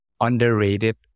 underrated